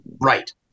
Right